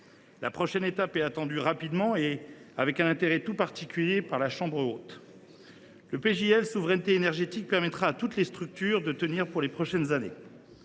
La prochaine étape est attendue rapidement et avec un intérêt tout particulier par la Chambre haute. Le projet de loi Souveraineté énergétique permettra à toute la structure de tenir pour les prochaines années.